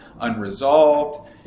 unresolved